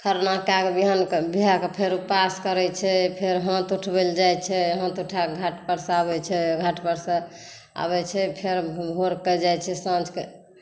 खरना कए कऽ बिहान बिहा कऽ फेर ऊपास करै छै फेर हाथ उठबै लेल जाय छै हाथ ऊठा कऽ घाट परसँ आबै छै घाट परसँ आबै छै फेर भोर क जाय छै साँझ कऽ